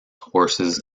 horses